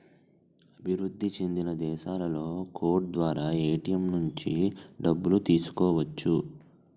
అభివృద్ధి చెందిన దేశాలలో కోడ్ ద్వారా ఏటీఎం నుంచి డబ్బులు తీసుకోవచ్చు